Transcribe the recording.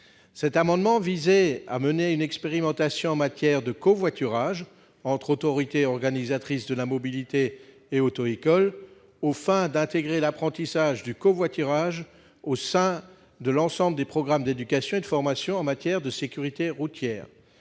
Notre amendement visait à mener une expérimentation en matière de covoiturage entre autorités organisatrices de la mobilité et auto-écoles, aux fins d'intégrer l'apprentissage du covoiturage au sein de l'ensemble des programmes d'éducation et de formation en matière de sécurité routière.